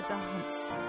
danced